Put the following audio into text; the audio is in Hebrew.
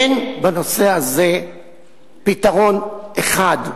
אין בנושא הזה פתרון אחד,